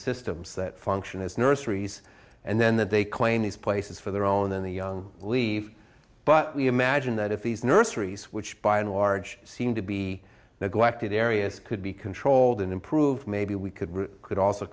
systems that function as nurseries and then that they claim these places for their own in the young leave but we imagine that if these nurseries which by and large seem to be neglected areas could be controlled and improved maybe we could we could also